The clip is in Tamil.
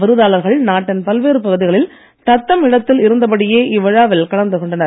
விருதாளர்கள் நாட்டின் பல்வேறு பகுதிகளில் தத்தம் இடத்தில் இருந்தபடியே இவ்விழாவில் கலந்து கொண்டனர்